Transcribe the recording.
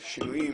את השינויים,